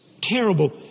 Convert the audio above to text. terrible